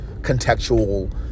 contextual